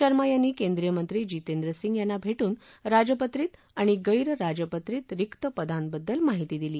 शर्मा यांनी केंद्रीय मंत्री जितेंद्र सिंग यांना भेटून राजपत्रित आणि गैर राजपत्रित रिक्त पदांबद्दल माहिती दिली